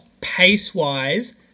pace-wise